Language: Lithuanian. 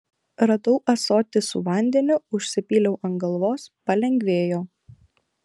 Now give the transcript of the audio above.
radau ąsotį su vandeniu užsipyliau ant galvos palengvėjo